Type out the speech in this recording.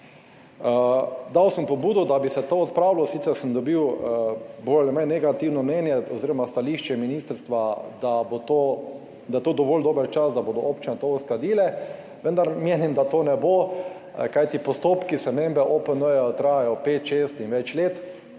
Dal sem pobudo, da bi se to odpravilo, sicer sem dobil bolj ali manj negativno mnenje oziroma stališče ministrstva, da bo to, da je to dovolj dober čas, da bodo občine to uskladile, vendar menim, da to ne bo, kajti postopki spremembe OPN trajajo 5, 6 in več let